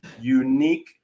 unique